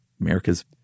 America's